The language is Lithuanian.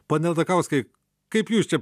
pone aldakauskai kaip jūs čia